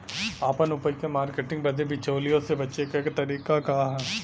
आपन उपज क मार्केटिंग बदे बिचौलियों से बचे क तरीका का ह?